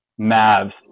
Mavs